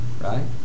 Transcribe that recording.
Right